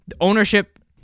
ownership